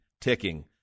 ticking